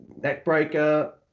neckbreaker